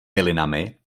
pilinami